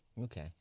Okay